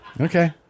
Okay